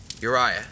Uriah